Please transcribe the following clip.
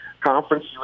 Conference